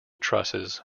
trusses